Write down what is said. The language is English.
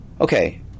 Okay